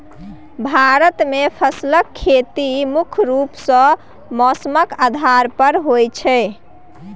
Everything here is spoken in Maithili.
भारत मे फसलक खेती मुख्य रूप सँ मौसमक आधार पर होइ छै